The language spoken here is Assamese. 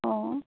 অঁ